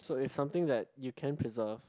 so it's something that you can preserve